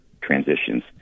transitions